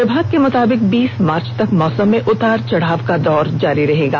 विभाग के मुताबिक बीस मार्च तक मौसम में उतार चढाव का दौर जारी रहेगा